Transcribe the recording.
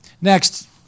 next